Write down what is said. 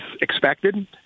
expected